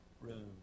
room